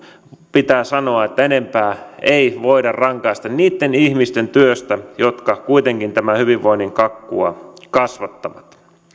pitää sanoa että enempää ei voida rangaista niitten ihmisten työstä jotka kuitenkin tämän hyvinvoinnin kakkua kasvattavat